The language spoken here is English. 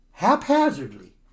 haphazardly